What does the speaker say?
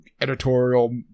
editorial